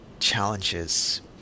challenges